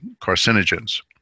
carcinogens